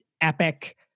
epic